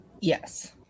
Yes